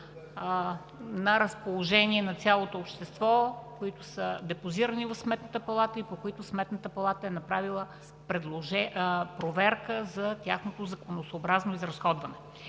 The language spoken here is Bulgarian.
на разположение на цялото общество, които са депозирани в Сметната палата и по които Сметната палата е направила проверка за тяхното законосъобразно изразходване.